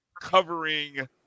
covering –